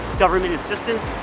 government assistance,